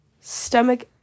stomach